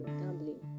gambling